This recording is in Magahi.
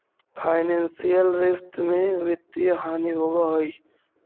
फाइनेंसियल रिश्त में वित्तीय हानि होवऽ हई